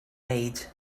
made